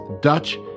Dutch